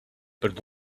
but